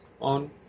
on